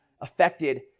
affected